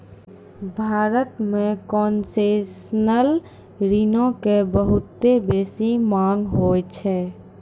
भारत मे कोन्सेसनल ऋणो के बहुते बेसी मांग होय छै